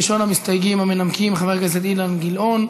ראשון המסתייגים המנמקים הוא חבר הכנסת אילן גילון,